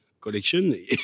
collection